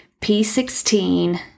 P16